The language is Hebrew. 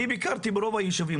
אני ביקרתי ברוב הישובים,